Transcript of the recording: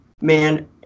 Man